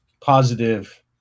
positive